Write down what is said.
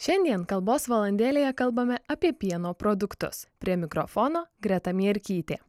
šiandien kalbos valandėlėje kalbame apie pieno produktus prie mikrofono greta mierkytė